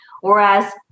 Whereas